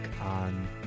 on